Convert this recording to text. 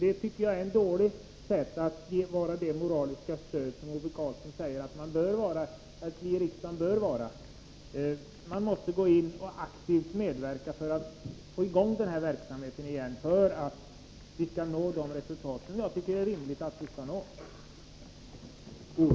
Det tycker jag är ett dåligt sätt att vara det moraliska stöd som Ove Karlsson säger att vi i riksdagen bör vara. Man måste gå in och aktivt medverka för att få i gång den här verksamheten igen, om vi skall nå de resultat som jag tycker det är rimligt att vi når.